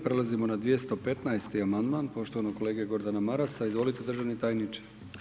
Prelazimo na 215. amandman poštovanog kolege Gordana Marasa, izvolite državni tajniče.